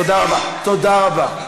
תודה רבה.